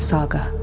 Saga